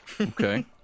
Okay